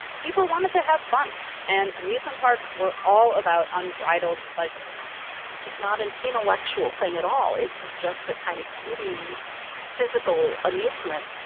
people wanted to have fun and amusement parks were all about unbridled pleasure it's not an intellectual thing at all. it's just a kind of giddy physical amusement.